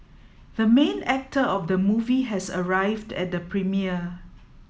the main actor of the movie has arrived at the premiere